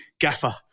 Gaffer